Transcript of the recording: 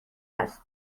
است